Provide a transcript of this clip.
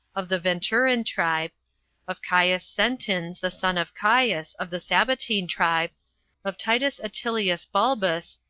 of the veturian tribe of caius sentins, the son of caius, of the sabbatine tribe of titus atilius bulbus,